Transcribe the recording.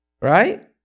right